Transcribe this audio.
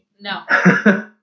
No